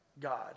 God